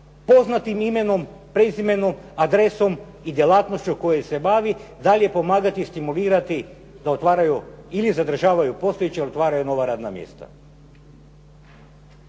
poznatim imenom, prezimenom, adresom i djelatnošću kojom se bavi dalje pomagati i stimulirati da otvaraju ili zadržavaju postojeća i otvaraju nova radna mjesta.